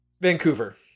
Vancouver